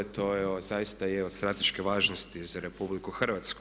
To zaista je od strateške važnosti za RH.